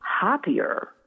happier